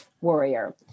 warrior